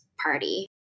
party